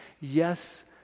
yes